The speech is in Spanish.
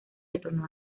retornó